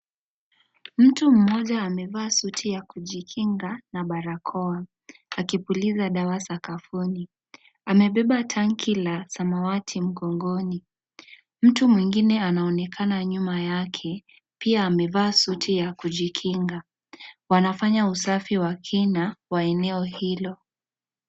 Mtu mmoja amevaa suti ya kijikinga na barakoa akipuliza dawa sakafuni amebeba tanki la samawati mgongoni. Mtu mwingine anaonekana nyuma yake pia amevaa suti ya kujikinga wanafanya usafi wa kina kwa eneo hilo.